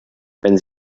wenn